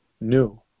new